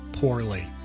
poorly